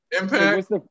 Impact